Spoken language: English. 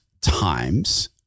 times